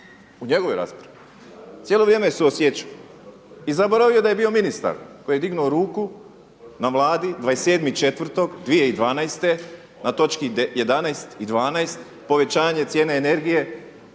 u njegovoj raspravi, cijelo vrijeme je suosjećao. I zaboravio je da je bio ministar koji je dignuo ruku na vladi 27.4.2012. na točki 11 i 12 povećanje cijena energije